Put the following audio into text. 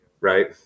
right